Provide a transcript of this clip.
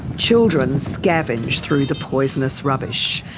children scavenge through the poisonous rubbish,